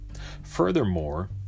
Furthermore